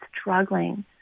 struggling